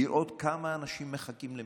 לראות כמה אנשים מחכים למשפט,